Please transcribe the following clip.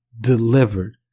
delivered